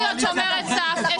הייתה שומרת סף,